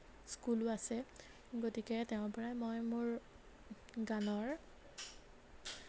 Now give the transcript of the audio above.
স্কুলো আছে গতিকে তেওঁৰ পৰাই মই মোৰ গানৰ